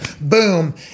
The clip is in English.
Boom